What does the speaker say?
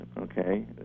Okay